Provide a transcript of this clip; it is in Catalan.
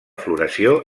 floració